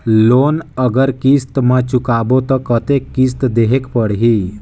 Loan अगर किस्त म चुकाबो तो कतेक किस्त देहेक पढ़ही?